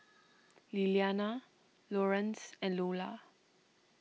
Lilliana Lorenz and Lola